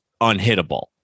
unhittable